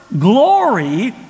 Glory